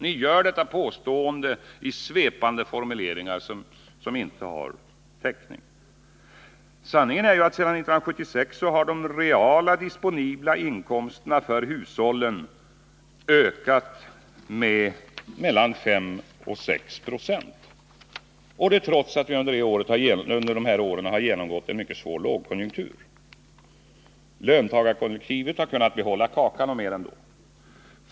Ni gör detta påstående i svepande formuleringar, som inte har täckning. Sanningen är ju att sedan 1976 har de reala disponibla inkomsterna för hushållen ökat med mellan 5 och 6 46, trots att vi under dessa år har genomgått en mycket svår lågkonjunktur. Löntagarkollektivet har kunnat behålla kakan och mer ändå.